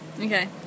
Okay